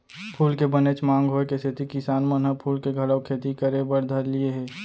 फूल के बनेच मांग होय के सेती किसान मन ह फूल के घलौ खेती करे बर धर लिये हें